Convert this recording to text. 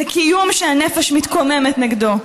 זה קיום שהנפש מתקוממת נגדו.